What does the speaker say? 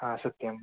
अ सत्यम्